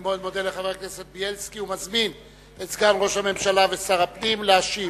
אני מודה לחבר הכנסת בילסקי ומזמין את סגן ראש הממשלה ושר הפנים להשיב.